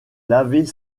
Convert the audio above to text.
laver